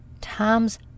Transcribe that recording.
Tom's